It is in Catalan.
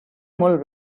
molt